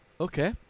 Okay